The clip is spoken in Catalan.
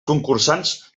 concursants